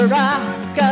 rock